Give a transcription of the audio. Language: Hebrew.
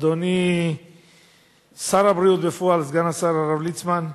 אדוני שר הבריאות בפועל, סגן השר הרב ליצמן,